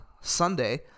Sunday